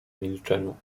milczeniu